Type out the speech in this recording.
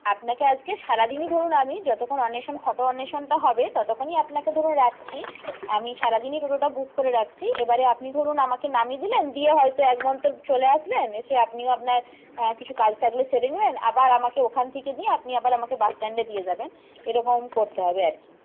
আপনাকে আজকে সারা দিনই ধরুন আমি যতক্ষণ অন্বেষণ ফটো অন্বেষণটা হবে ততক্ষণই আপনাকে ধরে রাখছি আমি সারা দিনই টোটোটা বুক করে রাখছি এবারে আপনি ধরুন আমাকে নামিয়ে দিলেন দিয়ে হয়তো এক মন্তর চলে আসলেন এসে আপনিও আপনার কিছু কাজ থাকলে সেরে নিলেন আবার আমাকে ওখান থেকে নিয়ে আপনি আবার আমাকে বাস স্ট্যান্ডে দিয়ে যাবেন এরকম করতে হবে আর কি